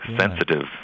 sensitive